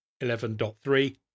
11.3